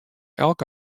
elk